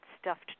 stuffed